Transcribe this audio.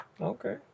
Okay